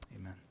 amen